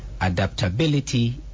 Adaptability